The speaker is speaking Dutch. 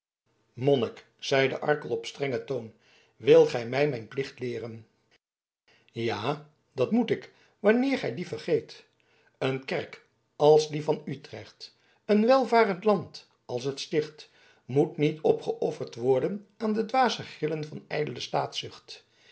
monnik zeide arkel op een strengen toon wilt gij mij mijn plicht leeren ja dat moet ik wanneer gij dien vergeet een kerk als die van utrecht een welvarend land als het sticht moeten niet opgeofferd worden aan de dwaze grillen van